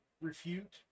refute